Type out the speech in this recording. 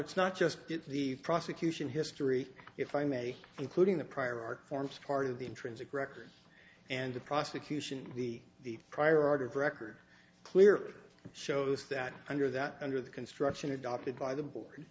it's not just good for the prosecution history if i may including the prior art forms part of the intrinsic record and the prosecution the the prior art of record clear shows that under that under the construction adopted by the board